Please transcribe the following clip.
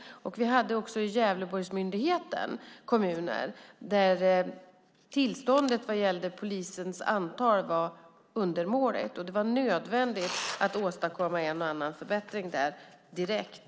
Inom Gävleborgsmyndigheten fanns kommuner där tillståndet vad gällde polisens antal var undermåligt. Det var nödvändigt att åstadkomma en och annan förbättring direkt.